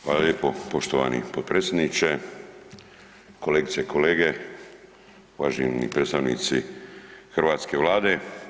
Hvala lijepo poštovani potpredsjedniče, kolegice i kolege, uvaženi predstavnici hrvatske vlade.